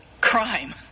crime